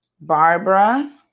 Barbara